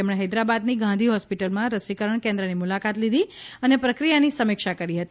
તેમણે હૈદરાબાદની ગાંધી હોસ્પિટલમાં રસીકરણ કેન્દ્રની મુલાકાત લીધી અને પ્રક્રિયાની સમીક્ષા કરી હતી